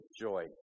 joy